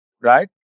right